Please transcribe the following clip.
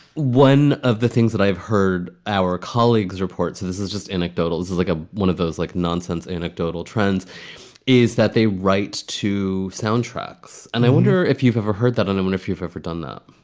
one of the things that i have heard our colleagues report, so this is just anecdotal. this is like ah one of those, like, nonsense anecdotal trends is that they write to soundtrack's. and i wonder if you've ever heard that and one, if you've ever done that